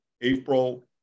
April